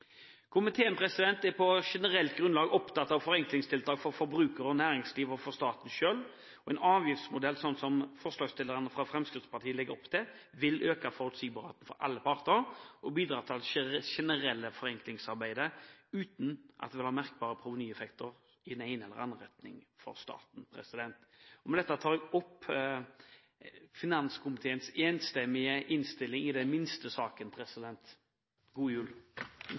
er på generelt grunnlag opptatt av forenklingstiltak for forbruker og næringsliv, og for staten selv. En avgiftsmodell som forslagsstillerne fra Fremskrittspartiet legger opp til, vil øke forutsigbarheten for alle parter og bidra til det generelle forenklingsarbeidet, uten at det vil ha merkbare provenyeffekter i den ene eller andre retningen for staten. Med dette tilrår jeg finanskomiteens enstemmige innstilling. God jul! Presidenten sier takk i